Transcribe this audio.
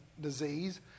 disease